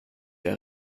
der